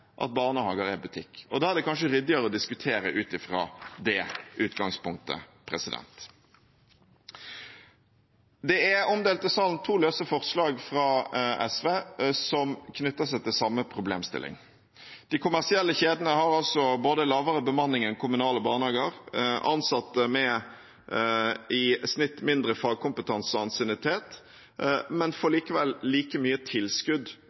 at barnehager er butikk, og da er det kanskje ryddigere å diskutere ut fra det utgangspunktet. Det er omdelt i salen to løse forslag fra SV som knytter seg til samme problemstilling. De kommersielle kjedene har altså både lavere bemanning enn kommunale barnehager og ansatte med i snitt mindre fagkompetanse og ansiennitet, men får likevel like mye tilskudd